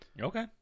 Okay